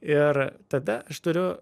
ir tada aš turiu